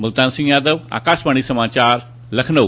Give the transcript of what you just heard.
मुल्तान सिंह यादव आकाशवाणी समाचार लखनऊ